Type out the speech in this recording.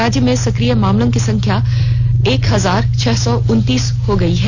राज्य में सक्रिय मामलों की संख्या एक हजार छह सौ उनतीस हो गई है